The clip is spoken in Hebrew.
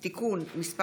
הגבלת פעילות) (תיקון מס'